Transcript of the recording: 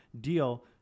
deal